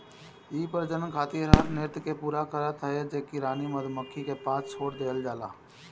इ प्रजनन खातिर हर नृत्य के पूरा करत हई जेके रानी मधुमक्खी के पास छोड़ देहल जाला